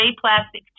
plastic